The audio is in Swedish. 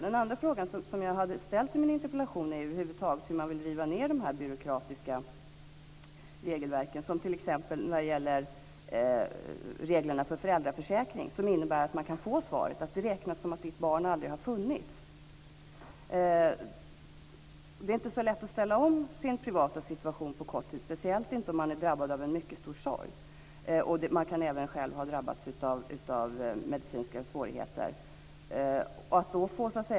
Den andra fråga som jag ställde i min interpellation var hur man vill riva ned de byråkratiska regelverken t.ex. för föräldraförsäkring. I det sammanhanget kan ges besked om att man inte räknar med att det döda barnet någonsin har funnits. Det är inte så lätt att ställa om sin privata situation på kort tid, speciellt inte om man är drabbad av en mycket stor sorg. Man kan även själv ha drabbats av medicinska problem.